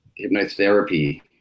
hypnotherapy